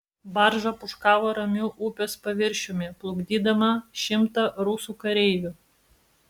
barža pūškavo ramiu upės paviršiumi plukdydama šimtą rusų kareivių